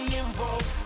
involved